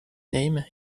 name